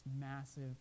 massive